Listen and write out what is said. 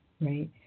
right